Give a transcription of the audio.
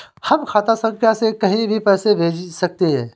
हम खाता संख्या से कहीं भी पैसे कैसे भेज सकते हैं?